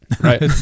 right